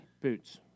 Boots